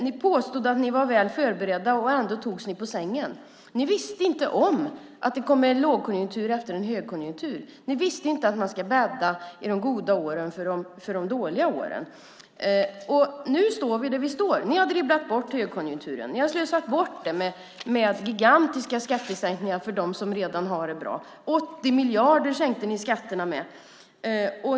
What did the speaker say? Ni påstod att ni var väl förberedda, och ändå togs ni på sängen. Ni visste inte om att det kommer en lågkonjunktur efter en högkonjunktur. Ni visste inte att man ska bädda under de goda åren för de dåliga åren. Nu står vi där vi står. Ni har dribblat bort högkonjunkturen. Ni har slösat bort den med gigantiska skattesänkningar för dem som redan har det bra. 80 miljarder sänkte ni skatterna med.